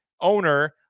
owner